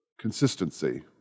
consistency